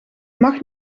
mag